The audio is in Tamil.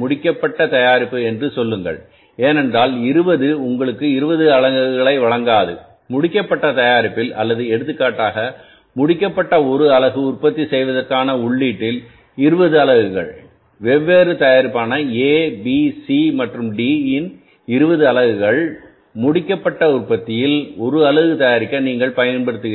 முடிக்கப்பட்ட தயாரிப்பு என்று சொல்லுங்கள் ஏனென்றால் 20 உங்களுக்கு20 அலகுகளை வழங்காது முடிக்கப்பட்ட தயாரிப்பின்அல்லது எடுத்துக்காட்டாக முடிக்கப்பட்ட1 அலகு உற்பத்தி செய்வதற்கான உள்ளீட்டின் 20 அலகுகள் வெவ்வேறு தயாரிப்பு A B C மற்றும் D இன் 20 அலகுகள் முடிக்கப்பட்ட உற்பத்தியின் ஒரு அலகுதயாரிக்க நீங்கள் பயன்படுத்துகிறீர்கள்